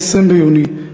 20 ביוני,